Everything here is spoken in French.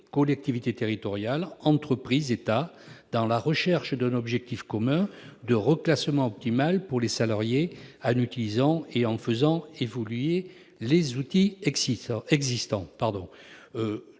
collectivités territoriales, entreprises, État -dans la recherche d'un objectif commun de reclassement optimal pour les salariés, en utilisant et en faisant évoluer les outils existants.